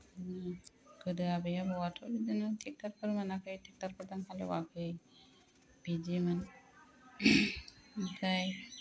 बिदिनो गोदो आबै आबौआथ' बिदिनो ट्रेक्टरफोर मोनाखै ट्रेक्टर गोदान हालेवाखै बिदिमोन ओमफ्राय